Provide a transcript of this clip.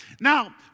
Now